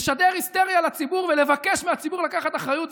לשדר היסטריה לציבור ולבקש מהציבור לקחת אחריות,